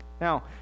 Now